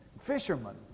fishermen